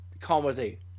comedy